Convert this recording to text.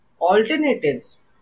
alternatives